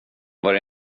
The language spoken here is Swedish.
var